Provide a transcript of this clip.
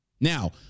Now